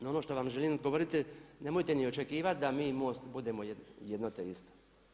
No, ono što vam želim govoriti nemojte ni očekivati da mi i MOST budemo jedno te isto.